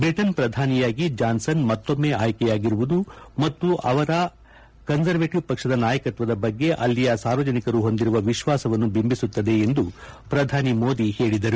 ಬ್ರಿಟನ್ನ ಪ್ರಧಾನಿಯಾಗಿ ಜಾನ್ಪನ್ ಮತ್ತೊಮ್ಮೆ ಆಯ್ಕೆ ಯಾಗಿರುವುದು ಅವರ ಮತ್ತು ಕನ್ನರ್ವೇಟಿವ್ ಪಕ್ಷದ ನಾಯಕತ್ನದ ಬಗ್ಗೆ ಅಲ್ಲಿಯ ಸಾರ್ವಜನಿಕರು ಹೊಂದಿರುವ ವಿಶ್ವಾಸವನ್ನು ಬಿಂಬಿಸುತ್ತದೆ ಎಂದು ಪ್ರಧಾನಿ ಮೋದಿ ಹೇಳಿದರು